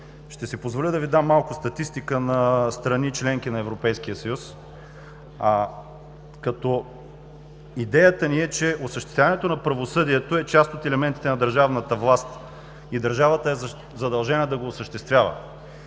Ще си позволя да Ви дам малко статистика на страни – членки на Европейския съюз. Идеята ни е, че осъществяването на правосъдието е част от елементите на държавната власт и държавата е задължена да го осъществява.